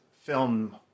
film